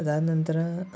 ಅದಾದ ನಂತರ